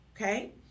okay